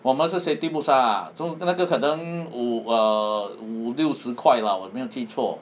我们是 safety boots ah 那个可能五 err 五六十块 lah 我没有记错